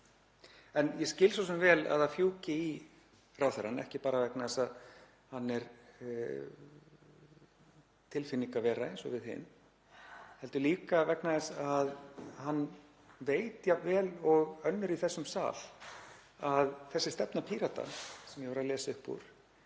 Ég skil svo sem vel að það fjúki í ráðherrann, ekki bara vegna þess að hann er tilfinningavera eins og við hin heldur líka vegna þess að hann veit jafn vel og önnur í þessum sal að þessi stefna Pírata, sem ég var að lesa upp úr,